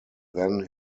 then